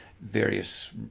various